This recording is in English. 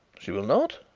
she will not?